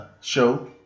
show